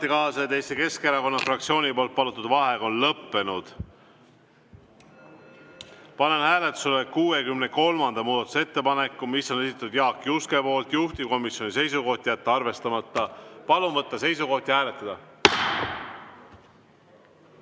Jaak Juske, juhtivkomisjoni seisukoht on jätta arvestamata. Palun võtta seisukoht ja hääletada!